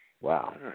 Wow